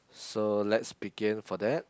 so let's begin for that